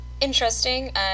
interesting